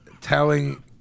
telling